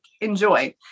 enjoy